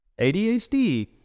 ADHD